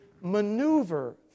maneuver